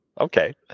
okay